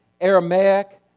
Aramaic